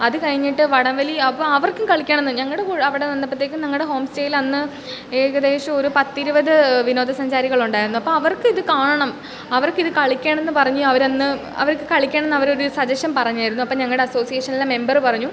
അത് കഴിഞ്ഞിട്ട് വടം വലി അപ്പോൾ അവർക്കും കളിക്കണമെന്ന് ഞങ്ങടെ കു അവിടെ വന്നപ്പോഴത്തേക്കും ഞങ്ങളുടെ ഹോം സ്റ്റേയിൽ അന്ന് ഏകദേശം ഒര് പത്തിരുപത് വിനോദസഞ്ചാരികൾ ഉണ്ടായിരുന്നു അപ്പം അവർക്കിത് കാണണം അവർക്കിത് കളിക്കണമെന്ന് പറഞ്ഞ് അവർ അന്ന് അവർക്ക് കളിക്കണമെന്ന് അവർ ഒരു സജഷൻ പറഞ്ഞായിരുന്നു അപ്പോൾ ഞങ്ങളുടെ അസോസിയേഷനിലെ മെമ്പറ് പറഞ്ഞു